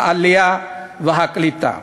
העלייה והקליטה.